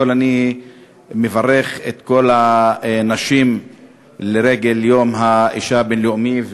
אני מברך את כל הנשים לרגל יום האישה הבין-לאומי.